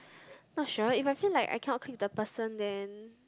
not sure if I feel like I cannot clear the person then